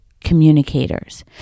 communicators